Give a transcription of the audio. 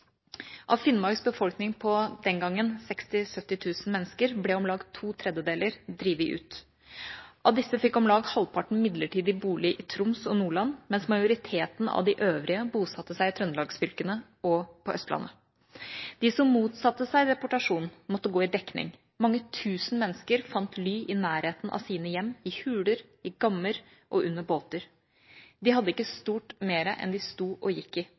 Av Finnmarks befolkning på den gang 60 000–70 000 mennesker ble om lag ⅔ drevet ut. Av disse fikk om lag halvparten midlertidig bolig i Troms og Nordland, mens majoriteten av de øvrige bosatte seg i trøndelagsfylkene og på Østlandet. De som motsatte seg deportasjon, måtte gå i dekning. Mange tusen mennesker fant ly i nærheten av sine hjem – i huler, i gammer og under båter. De hadde ikke stort mer enn det de sto og gikk i.